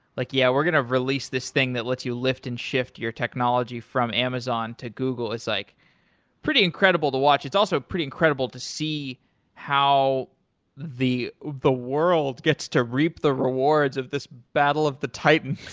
like yeah, we're going to release this thing that lets you lift and shift your technology from amazon to google. it's like pretty incredible to watch. it's also pretty incredible to see how the the world gets to reap the rewards of this battle of the titans.